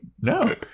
no